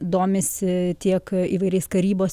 domisi tiek įvairiais karybos